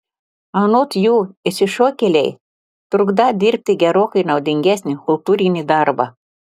anot jų išsišokėliai trukdą dirbti gerokai naudingesnį kultūrinį darbą